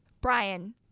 Brian